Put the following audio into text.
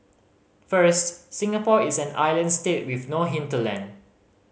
first Singapore is an island state with no hinterland